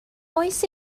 oes